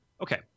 Okay